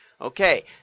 Okay